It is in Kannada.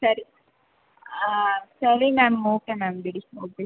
ಸರಿ ಸರಿ ಮ್ಯಾಮ್ ಓಕೆ ಮ್ಯಾಮ್ ಬಿಡಿ ಹೋಗಲಿ